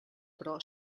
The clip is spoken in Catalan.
però